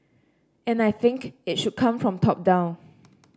and I think it should come from top down